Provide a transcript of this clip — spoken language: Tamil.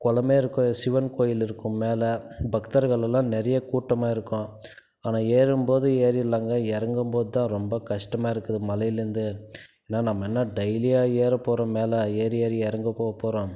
குளமே இருக்கும் சிவன் கோயில் இருக்கும் மேலே பக்தர்களெல்லாம் நிறைய கூட்டமாக இருக்கும் ஆனால் ஏறும் போது ஏறிடலாங்க இறங்கும் போது தான் ரொம்ப கஷ்டமாக இருக்குது மலைலேருந்து என்ன நம்ம என்ன டெய்லியா ஏறப்போகிறோம் மேலே ஏறி ஏறி இறங்க போகப்போறோம்